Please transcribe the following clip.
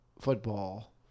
football